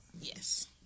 Yes